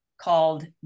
called